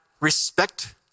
respect